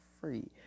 free